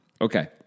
Okay